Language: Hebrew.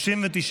נתקבלה.